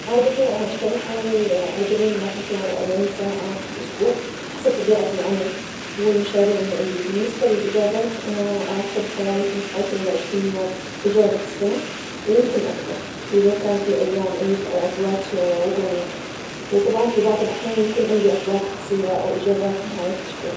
عادة، أنا أشتغل حوالي اربعين إلى خمسة واربعين ساعة في الأسبوع حسب طبيعة العمل والمشاريع اللي عندي، بالنسبة للإجازات أنا آخذ حوالي خمسة عشر إلى عشرين يوم إجازة في السنة، ويمكن أكثر إذا كان في أيام عيد أو عطلات وطنية، وطبعا في بعض الأحيان يكون عندي عطلات قصيرة أو إجازات نهاية الأسبوع.